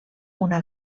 una